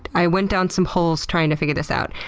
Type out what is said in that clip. i went down some holes trying to figure this out.